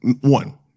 One